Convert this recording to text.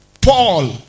Paul